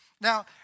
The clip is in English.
Now